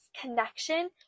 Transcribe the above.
connection